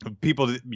people